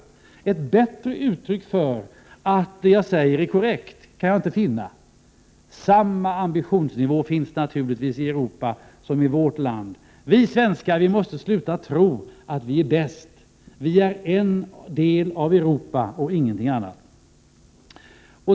Ett bättre uttryck för att det som jag säger är korrekt kan jag inte finna. Samma ambitionsnivå finns naturligtvis i Europa som i vårt land. Vi svenskar måste sluta tro att vi är bäst. Vi är en del av Europa och ingenting annat.